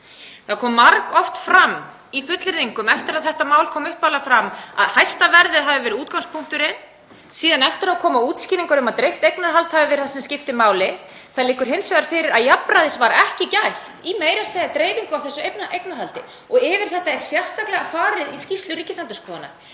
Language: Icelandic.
Það kom margoft fram í fullyrðingum eftir að þetta mál kom upphaflega fram að hæsta verðið hefði verið útgangspunkturinn. Eftir á komu síðan útskýringar um að dreift eignarhald hefði verið það sem skipti máli. Það liggur hins vegar fyrir að jafnræðis var ekki gætt, meira að segja í dreifingu á þessu eignarhaldi og yfir þetta er sérstaklega farið í skýrslu Ríkisendurskoðunar.